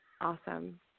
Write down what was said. Awesome